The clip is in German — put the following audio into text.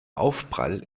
aufprall